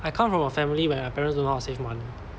I come from a family where my parents don't know how to save money